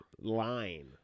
line